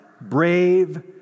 brave